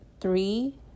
three